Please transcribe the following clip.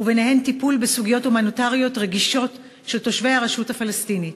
וביניהן טיפול בסוגיות הומניטריות רגישות של תושבי הרשות הפלסטינית.